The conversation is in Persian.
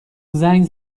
زنگ